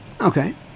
Okay